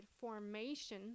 formation